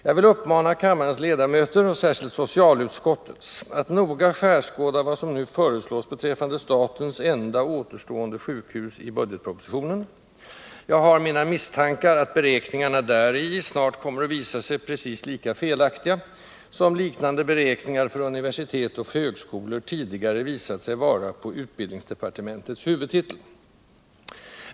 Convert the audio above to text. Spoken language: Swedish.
Jag vill uppmana kammarens ledamöter, och särskilt socialutskottets, att noga skärskåda vad som nu föreslås beträffande statens enda återstående sjukhus i budgetpropositionen — jag har mina misstankar att beräkningarna däri snart kommer att visa sig precis lika felaktiga som liknande beräkningar för universitet och högskolor tidigare visat sig vara på utbildningsdepartementets huvudtitel.